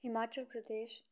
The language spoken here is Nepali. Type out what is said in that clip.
हिमाचल प्रदेश